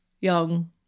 young